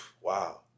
Wow